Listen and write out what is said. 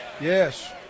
Yes